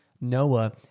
Noah